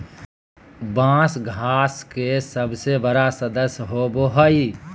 बाँस घास के सबसे बड़ा सदस्य होबो हइ